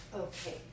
Okay